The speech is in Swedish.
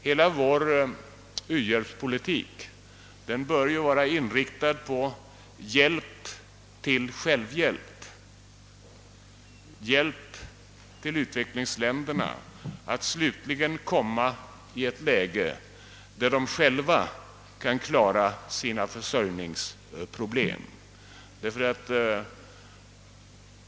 Hela vår u-hjälpspolitik bör vara inriktad på hjälp till självhjälp, på bistånd till utvecklingsländerna att slutligen själva kunna klara sina försörjningsproblem.